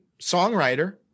songwriter